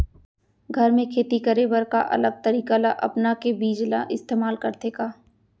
घर मे खेती करे बर का अलग तरीका ला अपना के बीज ला इस्तेमाल करथें का?